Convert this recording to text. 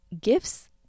gifts